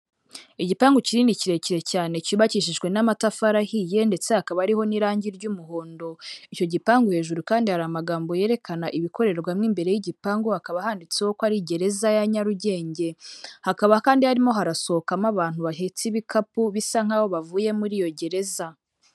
Igipangu kinini kirekire cyane cyubakishijwe n'amatafari ahiye, ndetse hakaba ari n'irangi ry'umuhondo, icyo gipangu hejuru kandi hari amagambo yerekana ibikorerwamo imbere y'igipangu, hakaba handitseho ko ari gereza ya Nyarugenge, hakaba kandi harimo harasohokamo abantu bahetse ibikapu bisa nkaho bavuye muri iyo gereza.